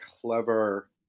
clever